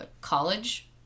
college